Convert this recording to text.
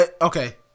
Okay